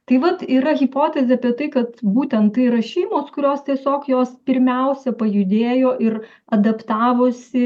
tai vat yra hipotezė apie tai kad būtent tai yra šeimos kurios tiesiog jos pirmiausia pajudėjo ir adaptavosi